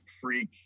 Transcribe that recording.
freak